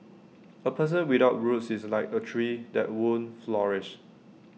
A person without roots is like A tree that won't flourish